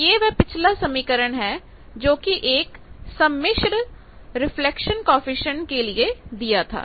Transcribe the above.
तो यह वहपिछला समीकरण है जो की एक सम्मिश्र reflection coefficient complex reflection coefficient के लिए दिया था